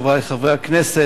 חברי חברי הכנסת,